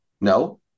No